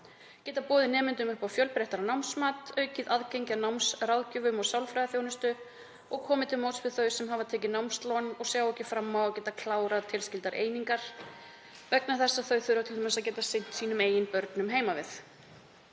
bjóða nemendum upp á fjölbreyttara námsmat, aukið aðgengi að námsráðgjöfum og sálfræðiþjónustu og koma til móts við þau sem tekið hafa námslán og sjá ekki fram á að geta klárað tilskildar einingar vegna þess að þau þurfa t.d. að geta sinnt börnum sínum heima við.